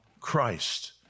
Christ